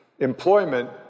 Employment